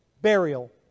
burial